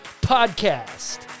podcast